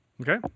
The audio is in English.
Okay